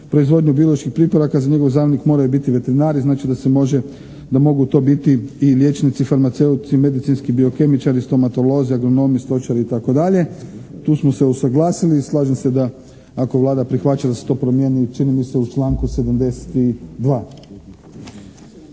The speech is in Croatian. proizvodnju bioloških pripadaka za .../Govornik se ne razumije./… moraju biti veterinari, znači da se može, da mogu to biti i liječnici, farmaceut i medicinski biokemičar i stomatolozi, agronomi, stočari itd., tu smo se usaglasili i slažem se da ako Vlada prihvaća da se to promijeni čini mi se u članku 72.